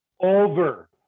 Over